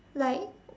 like